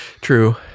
True